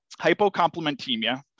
Hypocomplementemia